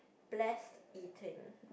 blessed eating